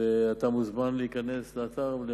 ואתה מוזמן להיכנס לאתר.